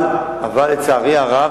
אבל לצערי הרב,